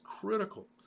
critical